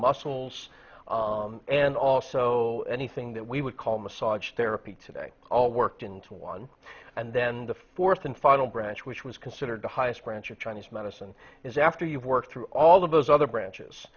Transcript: muscles and also anything that we would call massage therapy today all worked into one and then the fourth and final branch which was considered the highest branch of chinese medicine is after you've worked through all of those other branches